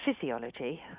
physiology